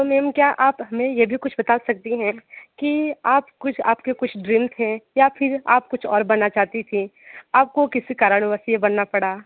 तो मैंम क्या आप हमें यदि भी कुछ बता सकती हैं कि आप कुछ आपके कुछ ड्रीम्स थे या फिर आप कुछ और बना चाहती थी आपको किसी कारणवश ये बनना पड़ा